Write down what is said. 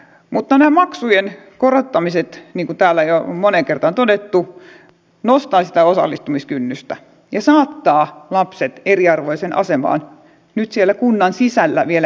mutta nämä maksujen korottamiset niin kuin täällä jo on moneen kertaan todettu nostavat sitä osallistumiskynnystä ja saattavat lapset eriarvoiseen asemaan nyt siellä kunnan sisällä vielä entistä enemmän